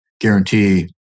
guarantee